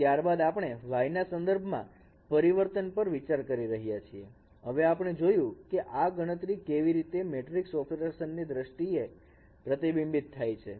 અને ત્યારબાદ આપણે y ના સંદર્ભમાં પરિવર્તન પર વિચાર કરી રહ્યા છીએ હવે આપણે જોયુ કે આ ગણતરી કેવી રીતે મેટ્રિક ઓપરેશન ની દ્રષ્ટિએ પ્રતિબિંબિત થાય છે